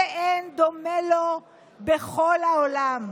שאין דומה לו בכל העולם.